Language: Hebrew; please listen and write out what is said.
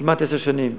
כמעט עשר שנים.